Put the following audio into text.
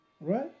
right